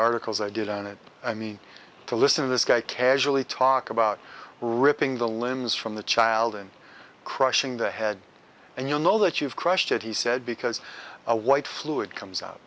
articles i did on it i mean to listen to this guy casually talk about ripping the limbs from the child and crushing the head and you know that you've crushed it he said because a white fluid comes